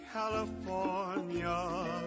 California